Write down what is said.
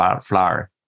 flower